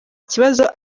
ikibazo